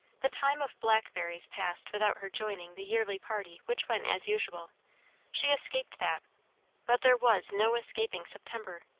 the time of blackberries passed without her joining the yearly party which went as usual she escaped that but there was no escaping september.